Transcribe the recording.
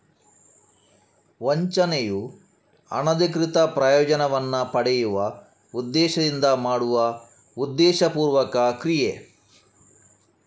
ವಂಚನೆಯು ಅನಧಿಕೃತ ಪ್ರಯೋಜನವನ್ನ ಪಡೆಯುವ ಉದ್ದೇಶದಿಂದ ಮಾಡುವ ಉದ್ದೇಶಪೂರ್ವಕ ಕ್ರಿಯೆ